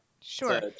Sure